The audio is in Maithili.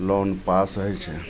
लोन पास होइ छै